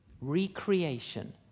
Recreation